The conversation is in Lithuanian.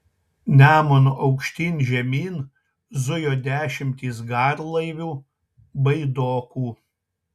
nemunu aukštyn žemyn zujo dešimtys garlaivių baidokų